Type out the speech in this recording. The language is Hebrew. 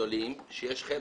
זה בסדר